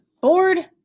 Bored